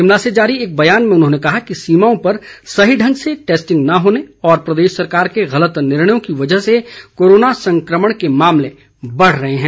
शिमला से जारी एक बयान में उन्होंने कहा कि सीमाओं पर सही ढंग से टेस्टिंग न होने और प्रदेश सरकार के गलत निर्णयों की वजह से कोरोना सकमंण के मामले बढ़ रहे हैं